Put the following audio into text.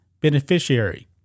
beneficiary